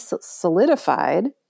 solidified